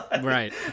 right